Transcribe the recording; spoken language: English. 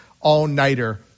all-nighter